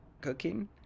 cooking